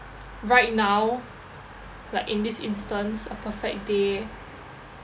right now like in this instance a perfect day